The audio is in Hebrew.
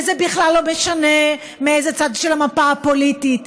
זה בכלל לא משנה מאיזה צד של המפה הפוליטית,